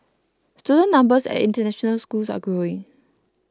student numbers at international schools are growing